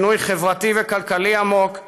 שינוי חברתי וכלכלי עמוק,